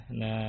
na